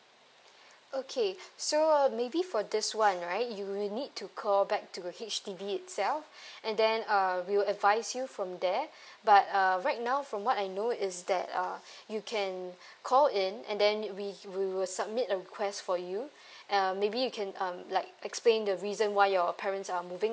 okay so uh maybe for this [one] right you will need to call back to H_D_B itself and then uh we'll advise you from there but uh right now from what I know is that uh you can call in and then we we will submit a request for you uh maybe you can um like explain the reason why your parents are moving